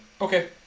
okay